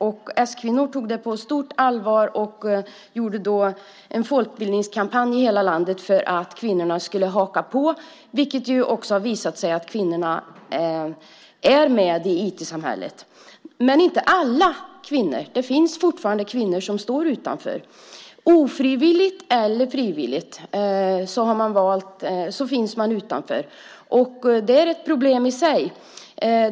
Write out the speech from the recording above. S-kvinnor tog det på stort allvar och genomförde en folkbildningskampanj i hela landet för att kvinnorna skulle haka på, och det har ju också visat sig att kvinnorna är med i IT-samhället. Men alla kvinnor är inte med. Det finns fortfarande kvinnor som står utanför. Ofrivilligt eller frivilligt står man utanför. Det är ett problem i sig.